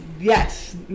Yes